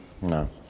No